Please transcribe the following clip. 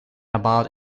about